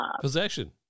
Possession